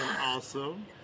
awesome